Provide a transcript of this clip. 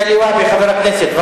חבר הכנסת מגלי והבה,